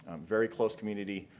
um very close community,